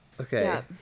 okay